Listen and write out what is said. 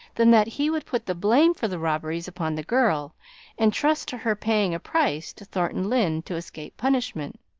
than that he would put the blame for the robberies upon the girl and trust to her paying a price to thornton lyne to escape punishment?